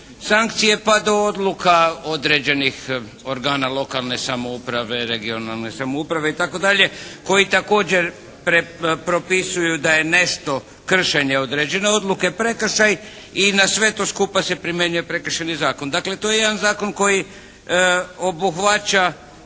sankcije, pa do odluka određenih organa lokalne samouprave, regionalne samouprave itd. koji također propisuju da je nešto kršenje određene odluke prekršaj i na sve to skupa se primjenjuje prekršajni zakon. Dakle, to je jedan zakon koji obuhvaća